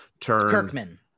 Kirkman